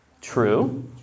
True